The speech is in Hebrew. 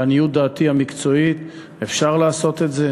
לעניות דעתי המקצועית, אפשר לעשות את זה.